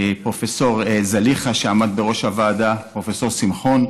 פרופ' זליכה, שעמד בראש הוועדה, פרופ' שמחון,